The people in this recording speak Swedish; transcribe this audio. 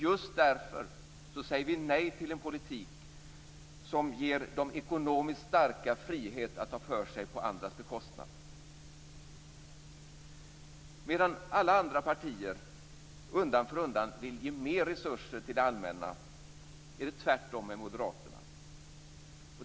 Just därför säger vi nej till en politik som ger de ekonomiskt starka frihet att ta för sig på andras bekostnad. Medan alla andra partier undan för undan vill ge mer resurser till det allmänna är det tvärtom med Moderaterna.